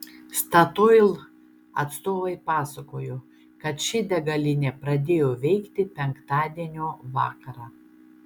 statoil atstovai pasakojo kad ši degalinė pradėjo veikti penktadienio vakarą